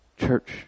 Church